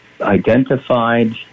identified